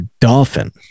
dolphin